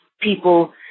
people